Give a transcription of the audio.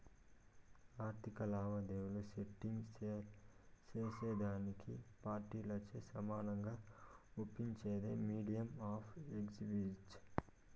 ఆర్థిక లావాదేవీలు సెటిల్ సేసేదానికి అన్ని పార్టీలచే సమానంగా ఒప్పించేదే మీడియం ఆఫ్ ఎక్స్చేంజ్